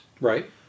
Right